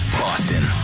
boston